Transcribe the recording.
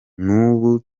n’ubu